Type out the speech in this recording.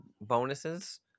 bonuses